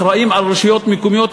אחראים על רשויות מקומיות,